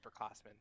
upperclassmen